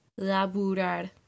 Laburar